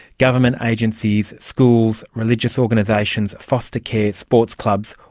government agencies, schools, religious organisations, foster care, sports clubs,